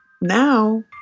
now